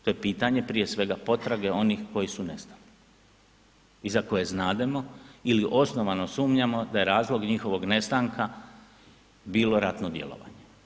To je pitanje prije svega potrage onih koji su nestali i za koje znademo ili osnovano sumnjamo da je razlog njihovog nestanka bilo ratno djelovanje.